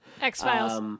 X-Files